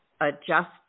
adjust